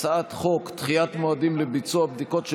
הצעת חוק דחיית מועדים לביצוע בדיקות של